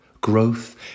growth